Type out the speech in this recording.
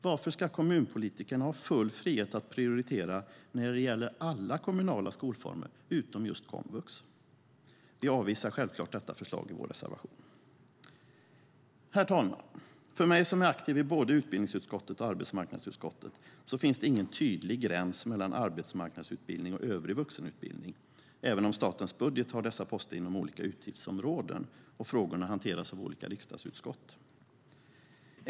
Varför ska kommunpolitikerna ha full frihet att prioritera när det gäller alla kommunala skolformer utom just komvux? Vi avvisar självklart detta förslag i vår reservation. Herr talman! För mig som är aktiv i både utbildningsutskottet och arbetsmarknadsutskottet finns det ingen tydlig gräns mellan arbetsmarknadsutbildning och övrig vuxenutbildning, även om statens budget har dessa poster inom olika utgiftsområden och frågorna hanteras av olika riksdagsutskott.